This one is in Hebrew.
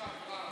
שקרן.